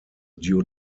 due